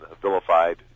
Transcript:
vilified